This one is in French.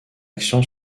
action